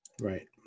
right